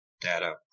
data